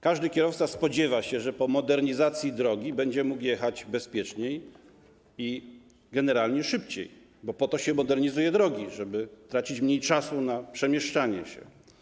Każdy kierowca spodziewa się, że po modernizacji drogi będzie mógł jechać bezpieczniej i generalnie szybciej, bo po to modernizuje się drogi, żeby tracić mniej czasu na przemieszczanie się.